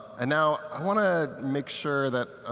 and now, i want to make sure that,